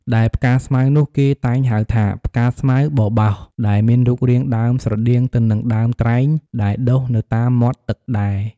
ដែលផ្កាស្មៅនោះគេតែងហៅថា ផ្កាស្មៅបបោស ដែលមានរូបរាងដើមស្រដៀងទៅនឹងដើមត្រែងដែលដុះនៅតាមមាត់ទឹកដែរ។